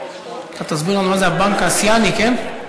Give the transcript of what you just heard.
תסביר לנו מה זה הבנק האסייני, כן?